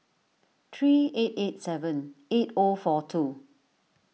three eight eight seven eight O four two